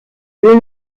will